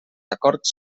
acords